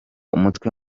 umutwe